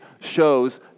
shows